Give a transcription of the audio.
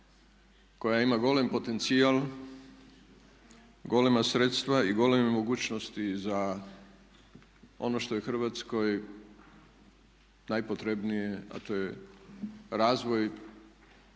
koja ima golem potencijal, golema sredstva i goleme mogućnosti za ono što je Hrvatskoj najpotrebnije a to je razvoj